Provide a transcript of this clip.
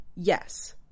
Yes